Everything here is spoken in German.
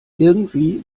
irgendwie